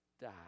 die